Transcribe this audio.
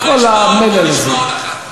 בוא נשמע עוד אחת.